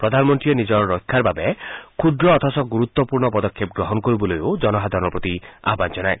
তেওঁ লগতে নিজৰ ৰক্ষাৰ বাবে ক্ষুদ্ৰ অথচ গুৰুত্পূৰ্ণ পদক্ষেপ গ্ৰহণ কৰিবলৈ জনসাধাৰণৰ প্ৰতি আয়ান জনায়